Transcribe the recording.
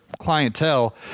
clientele